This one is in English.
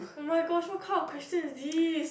oh-my-gosh what kind of question is this